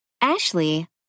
Ashley